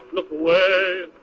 look away,